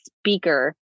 speaker